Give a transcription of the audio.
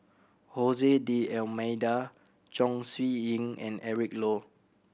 D'Almeida Chong Siew Ying and Eric Low